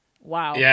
Wow